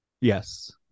yes